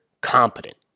competent